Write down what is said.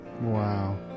Wow